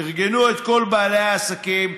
ארגנו את כל בעלי העסקים,